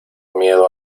miedo